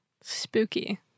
Spooky